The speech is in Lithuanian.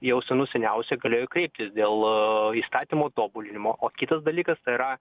jau senų seniausiai galėjo kreiptis dėl įstatymo tobulinimo o kitas dalykas tai yra